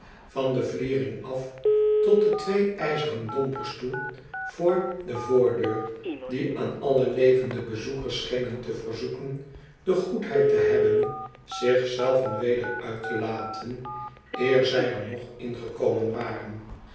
van de vliering af tot de twee ijzeren dompers toe voor de voordeur die aan alle levende bezoekers schenen te verzoeken de goedheid te hebben zich zelven weder uit te laten eer zij er nog ingekomen waren